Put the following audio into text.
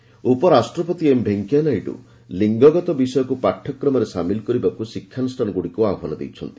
Naidu education ଉପରାଷ୍ଟ୍ରପତି M Venkaiah Naidu ଳିଙ୍ଗଗତ ବିଷୟକୁ ପାଠ୍ୟକ୍ରମରେ ସାମିଲ୍ କରିବାକୁ ଶିକ୍ଷାନୁଷ୍ଠାନଗୁଡ଼ିକୁ ଆହ୍ୱାନ ଦେଇଛନ୍ତି